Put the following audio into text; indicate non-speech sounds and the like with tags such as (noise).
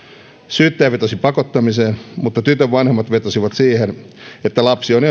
syyttäjä vetosi pakottamiseen mutta tytön vanhemmat vetosivat siihen että lapsi on (unintelligible)